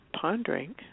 pondering